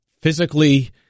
physically